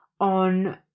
on